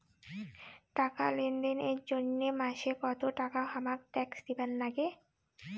টাকা লেনদেন এর জইন্যে মাসে কত টাকা হামাক ট্যাক্স দিবার নাগে?